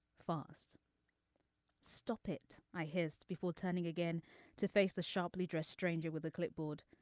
fast stop it i hissed before turning again to face the sharply dressed stranger with a clipboard.